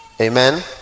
Amen